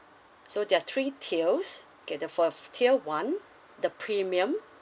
so there are three tiers okay for tier one the premium